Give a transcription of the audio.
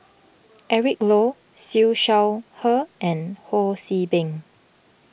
Eric Low Siew Shaw Her and Ho See Beng